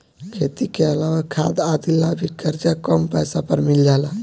खेती के अलावा खाद आदि ला भी करजा कम पैसा पर मिल जाला